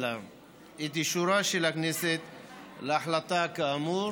להעביר לשר אלי כהן למשך תקופת כהונתו